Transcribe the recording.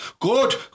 good